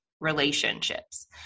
relationships